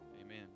Amen